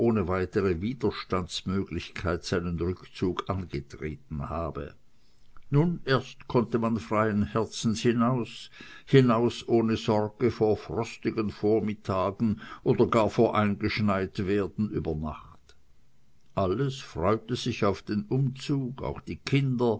weitere widerstandsmöglichkeit seinen rückzug angetreten habe nun erst konnte man freien herzens hinaus hinaus ohne sorge vor frostigen vormittagen oder gar vor eingeschneitwerden über nacht alles freute sich auf den umzug auch die kinder